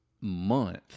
month